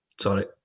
sorry